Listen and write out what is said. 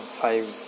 five